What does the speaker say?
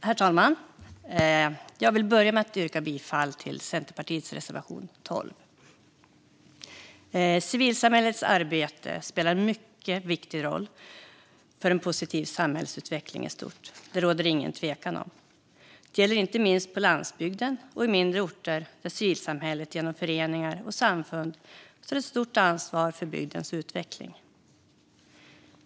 Herr talman! Jag vill börja med att yrka bifall till Centerpartiets reservation 12. Civilsamhällets arbete spelar en mycket viktig roll för en positiv samhällsutveckling i stort; detta råder det ingen tvekan om. Det gäller inte minst på landsbygden och på mindre orter där civilsamhället genom föreningar och samfund tar ett stort ansvar för bygdens utveckling.